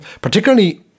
Particularly